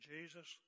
Jesus